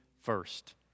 first